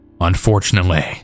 Unfortunately